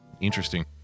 Interesting